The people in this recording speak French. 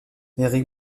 éric